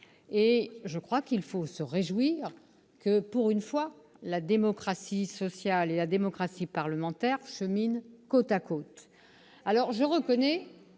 sociaux. Il faut se réjouir que, pour une fois, la démocratie sociale et la démocratie parlementaire cheminent côte à côte.